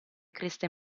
creste